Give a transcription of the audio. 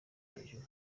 hejuru